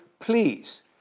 please